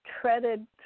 treaded